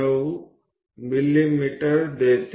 9 मिमी देते